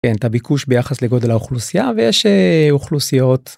אין את הביקוש ביחס לגודל האוכלוסייה ויש אוכלוסיות.